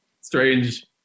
strange